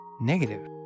Negative